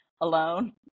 alone